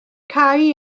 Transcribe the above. cau